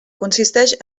consisteix